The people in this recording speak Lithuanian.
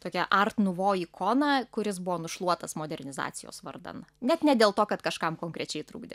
tokia art nuvo ikona kuris buvo nušluotas modernizacijos vardan net ne dėl to kad kažkam konkrečiai trukdė